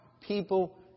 people